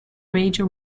radio